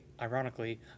ironically